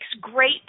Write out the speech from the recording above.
great